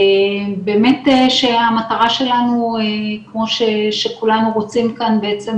באמת שהמטרה שלנו היא כמו שכולנו רוצים כאן לתת בעצם